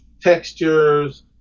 textures